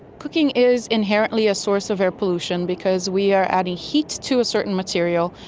cooking is inherently a source of air pollution because we are adding heat to a certain material,